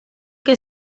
que